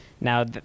Now